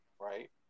Right